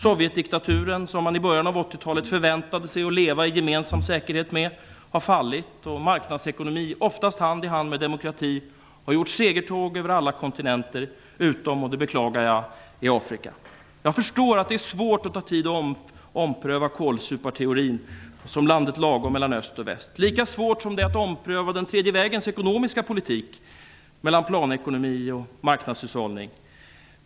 Sovjetdiktaturen, vilken man i början av 80-talet förväntade sig att leva i gemensam säkerhet med, har fallit. Marknadsekonomin har, oftast hand i hand med demokratin, gjort segertåg över alla kontinenter utom, och det beklagar jag, i Jag förstår att det är svårt och att det tar tid att ompröva kålsuparteorin om landet lagom mellan öst och väst, lika svårt som det är att ompröva den tredje vägens ekonomiska politik mellan planekonomi och marknadshushållning.